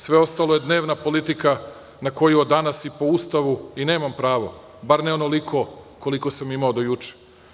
Sve ostalo je dnevna politika na koju danas i po Ustavu i nemam pravo, bar ne onoliko koliko sam imao do juče.